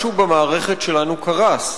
משהו במערכת שלנו קרס.